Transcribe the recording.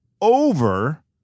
over